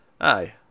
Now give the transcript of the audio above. aye